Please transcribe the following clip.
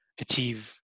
achieve